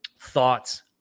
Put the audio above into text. thoughts